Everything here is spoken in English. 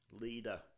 Leader